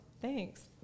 thanks